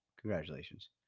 Congratulations